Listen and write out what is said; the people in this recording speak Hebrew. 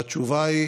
והתשובה היא